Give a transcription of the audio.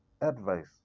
advice